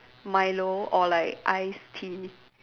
Milo or like iced tea